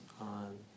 on